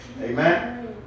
Amen